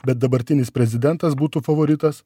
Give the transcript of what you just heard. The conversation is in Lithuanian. bet dabartinis prezidentas būtų favoritas